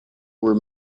were